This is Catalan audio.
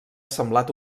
semblat